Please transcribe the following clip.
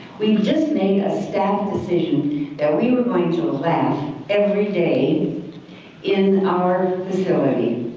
we've just made a staff decision that we were going to laugh everyday in our facility